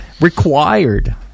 required